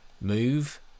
move